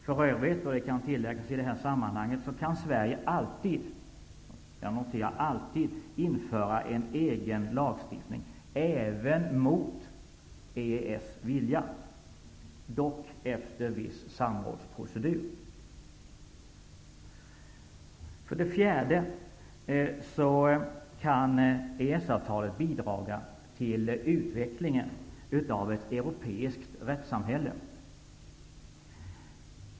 För övrigt kan Sverige alltid införa egen lagstiftning även mot EES:s vilja, dock efter en viss samrådsprocedur. För det fjärde kan EES-avtalet bidra till utvecklingen av ett europeiskt rättssamhälle.